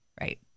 right